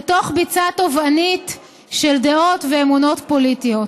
לתוך ביצה טובענית של דעות ואמונות פוליטיות,